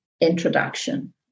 introduction